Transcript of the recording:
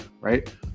right